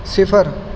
صفر